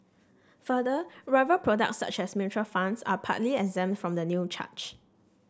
further rival products such as mutual funds are partly exempt from the new charge